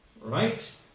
Right